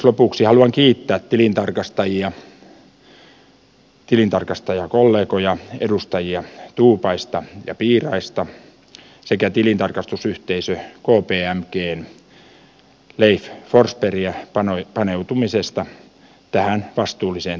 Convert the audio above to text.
lopuksi haluan kiittää tilintarkastajia tilintarkastajakollegoja edustaja tuupaista ja piiraista sekä tilintarkastusyhteisö kpmgn leif forsbergia paneutumisesta tähän vastuulliseen tehtävään